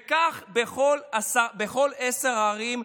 וכך בכל עשר הערים,